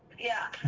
yeah.